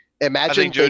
Imagine